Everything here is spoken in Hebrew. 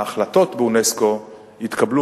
ההחלטות באונסק"ו התקבלו,